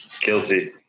Guilty